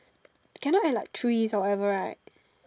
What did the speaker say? cannot add like trees or whatever right